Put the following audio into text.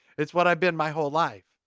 it's what i've been my whole life.